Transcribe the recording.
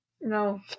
No